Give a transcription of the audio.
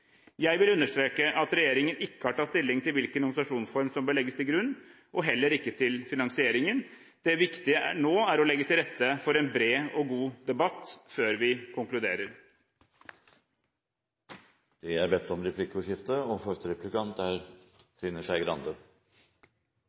Jeg vil understreke at regjeringen ikke har tatt stilling til hvilken organisasjonsform som bør legges til grunn, og heller ikke til finansieringen. Det viktige nå er å legge til rette for en bred og god debatt før vi konkluderer. Det blir replikkordskifte. Jeg skjønner at statsråden vil ha litt mer tid, og